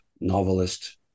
novelist